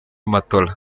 matola